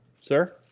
Sir